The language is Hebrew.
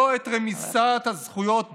לא את רמיסת הזכויות באיראן,